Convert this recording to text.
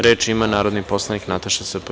Reč ima narodni poslanik Nataša Sp.